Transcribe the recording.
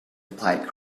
applied